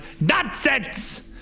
Nonsense